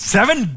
Seven